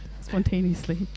spontaneously